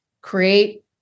create